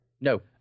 No